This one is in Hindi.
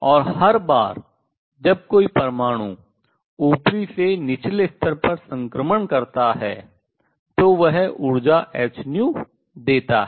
और हर बार जब कोई परमाणु ऊपरी से निचले स्तर पर संक्रमण करता है तो वह ऊर्जा hν देता है